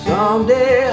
Someday